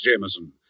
Jameson